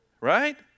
Right